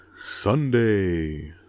Sunday